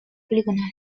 poligonal